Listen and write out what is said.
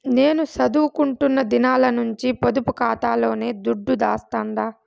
నేను సదువుకుంటున్న దినాల నుంచి పొదుపు కాతాలోనే దుడ్డు దాస్తండా